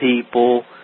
people